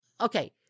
Okay